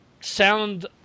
sound